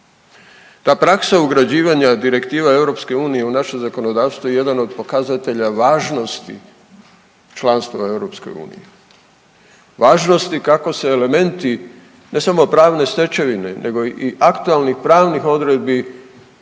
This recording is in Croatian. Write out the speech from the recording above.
Ta praksa ugrađivanja direktiva EU u naše zakonodavstvo je jedan od pokazatelja važnosti članstva u EU, važnosti kako se elementi ne samo pravne stečevine nego i aktualnih pravnih odredbi